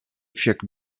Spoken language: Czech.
však